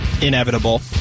inevitable